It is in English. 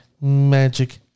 magic